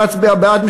אני לא אצביע בעד,